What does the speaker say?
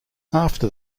after